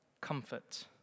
Comfort